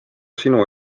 sinu